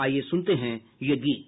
आइये सुनते हैं ये गीत